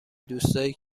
دوستایی